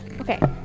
okay